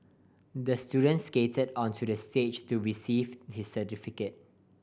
the student skated onto the stage to receive his certificate